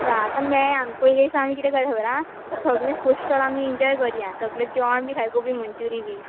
चल आता मेळया आमी पयलें दिसा आमी कितें करया खबर हा सगळें फुड स्टॅाल आमी इन्जॅाय करुयां सगळें जेवण बी सगळें गोबी मंचुरी बी